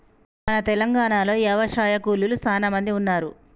మన తెలంగాణలో యవశాయ కూలీలు సానా మంది ఉన్నారు